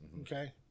Okay